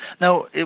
Now